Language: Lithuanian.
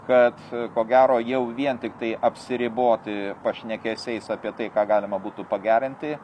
kad ko gero jau vien tiktai apsiriboti pašnekesiais apie tai ką galima būtų pagerinti